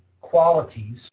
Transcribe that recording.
qualities